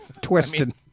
twisted